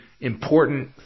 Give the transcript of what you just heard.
important